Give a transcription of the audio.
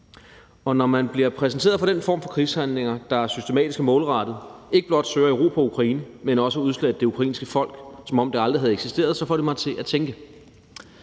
Når jeg bliver præsenteret for den form for krigshandlinger, der systematisk er målrettet i forhold til ikke blot at erobre Ukraine, men også at udslette det ukrainske folk, som om det aldrig havde eksisteret, så får det mig til at tænke.